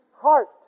heart